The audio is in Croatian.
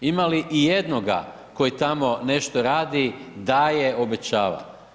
Ima li i jednoga koji tamo nešto radi, daje, obećava?